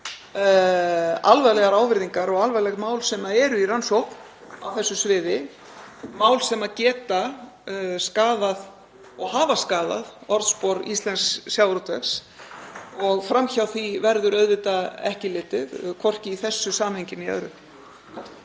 alvarlegar ávirðingar og alvarleg mál sem eru í rannsókn á þessu sviði, mál sem geta skaðað og hafa skaðað orðspor íslensks sjávarútvegs og fram hjá því verður auðvitað ekki litið, hvorki í þessu samhengi né öðru.